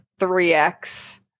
3x